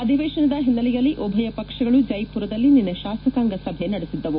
ಅಧಿವೇಶನದ ಹಿನ್ನೆಲೆಯಲ್ಲಿ ಉಭಯ ಪಕ್ಷಗಳು ಜೈಪುರದಲ್ಲಿ ನಿನ್ನೆ ಶಾಸಕಾಂಗ ಸಭೆ ನಡೆಸಿದ್ದವು